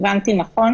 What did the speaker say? האם הבנתי נכון?